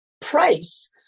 price